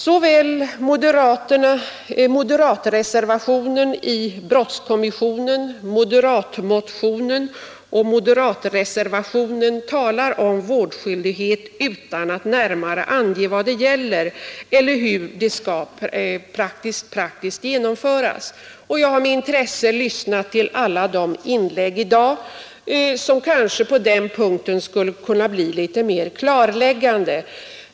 Såväl moderatreservationen i brottskommissionen som moderatmotionen och moderatreservationen i utskottet talar om vårdskyldighet utan att närmare ange vad det gäller eller hur det skall praktiskt genomföras. Jag har med intresse lyssnat till alla de inlägg i dag som kanske på den punkten skulle kunnat bli litet mer klarläggande.